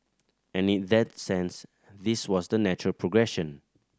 and in that sense this was the natural progression